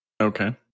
Okay